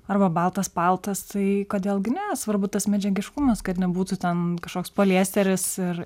arba baltas paltas tai kodėl gi ne svarbu tas medžiagiškumas kad nebūtų ten kažkoks poliesteris ir